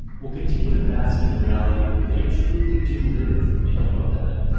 will continue to bask in the reality that they truly do live in hippo heaven.